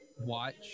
watch